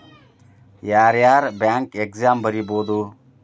ಯಾರ್ಯಾರ್ bank exam ಬರಿಬೋದು